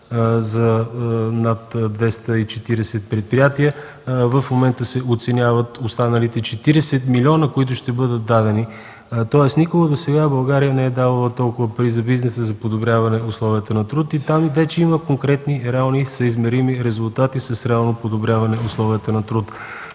за над 240 предприятия. В момента се оценяват останалите за още 40 милиона, които ще бъдат дадени. Никога досега България не е давала толкова пари за бизнеса и за подобряване условията на труд. Вече има реални, съизмерими резултати с реално подобряване на условията на труд.